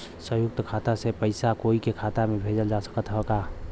संयुक्त खाता से पयिसा कोई के खाता में भेजल जा सकत ह का?